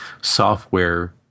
software